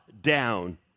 down